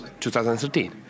2013